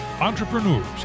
entrepreneurs